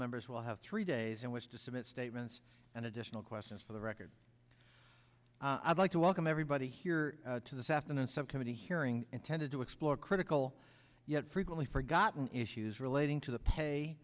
members will have three days in which to submit statements and additional questions for the record i'd like to welcome everybody here to this afternoon subcommittee hearing intended to explore critical yet frequently forgotten issues relating to the pay